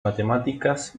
matemáticas